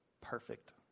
perfect